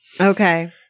okay